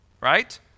right